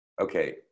okay